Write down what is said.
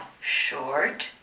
short